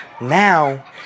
Now